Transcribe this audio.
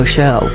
Show